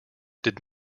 did